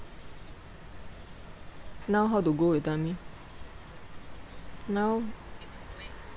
now how to go you tell me now